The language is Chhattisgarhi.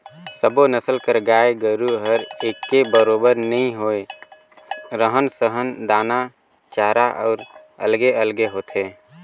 सब्बो नसल कर गाय गोरु हर एके बरोबर नी होय, रहन सहन, दाना चारा हर अलगे अलगे होथे